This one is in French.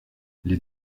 les